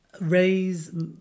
raise